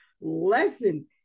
lesson